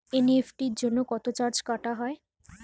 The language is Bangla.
এন.ই.এফ.টি জন্য কত চার্জ কাটা হয়?